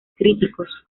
críticos